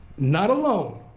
not alone,